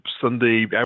Sunday